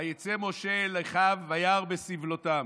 ויצא משה אל אחיו "וירא בסבלתם".